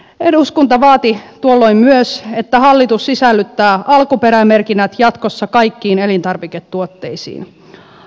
eduskunta vaati tuolloin myös että hallitus sisällyttää alkuperämerkinnät jatkossa kaikkiin elintarviketuotteisiin